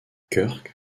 kirk